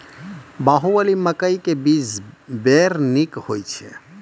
बाहुबली मकई के बीज बैर निक होई छै